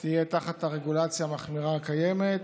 תהיה תחת הרגולציה המחמירה הקיימת,